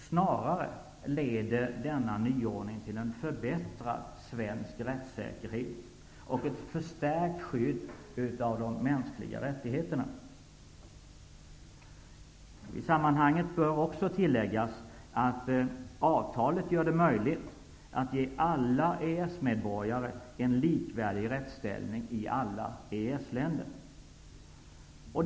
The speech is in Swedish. Snarare leder denna nyordning till en förbättrad svensk rättssäkerhet och ett förstärkt skydd för mänskliga rättigheter. I detta sammanhang bör också tilläggas att avtalet gör det möjligt att ge alla EES-medborgare en likvärdig rättsställning i alla EES-länder.